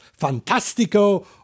Fantastico